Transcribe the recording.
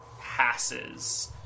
passes